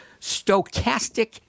stochastic